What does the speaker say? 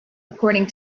according